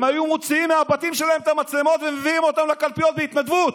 הם היו מוציאים מהבתים שלהם את המצלמות ומביאים אותן לקלפיות בהתנדבות.